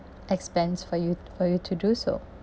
expense for you for you to do so